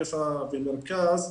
חיפה ומרכז,